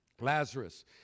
Lazarus